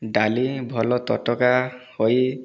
ଡାଲି ଭଲ ତଟକା ହୋଇ